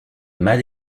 mal